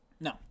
No